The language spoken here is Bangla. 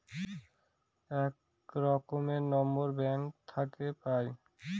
এক রকমের নম্বর ব্যাঙ্ক থাকে পাই